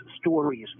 stories